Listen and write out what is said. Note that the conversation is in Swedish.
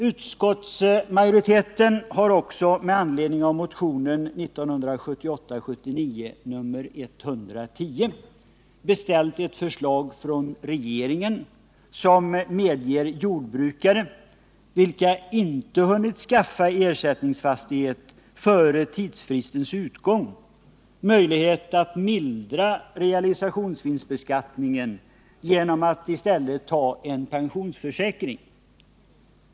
Utskottsmajoriteten har också med anledning av motionen 1978/79:110 beställt ett förslag från regeringen som medger jordbrukare, vilka inte hunnit skaffa ersättningsfastighet före tidsfristens utgång, möjlighet att mildra realisationsvinstbeskattningen genom att i stället ta en pensionsförsäkring.